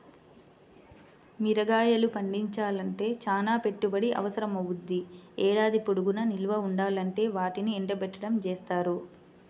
మిరగాయలు పండించాలంటే చానా పెట్టుబడి అవసరమవ్వుద్ది, ఏడాది పొడుగునా నిల్వ ఉండాలంటే వాటిని ఎండబెట్టడం జేత్తారు